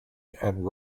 and